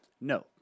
No